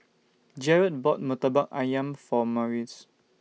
Jarrad bought Murtabak Ayam For Marquise